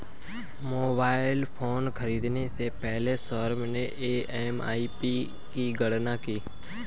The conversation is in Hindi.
मोबाइल फोन खरीदने से पहले सौरभ ने ई.एम.आई की गणना की